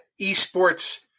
esports